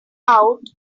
out